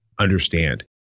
understand